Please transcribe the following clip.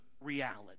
reality